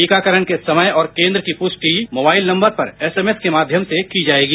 टीकाकरण के समय और केंद्र की पुष्टि मोबाइल नम्बर पर एस एम एस के माध्यम से की जायेगी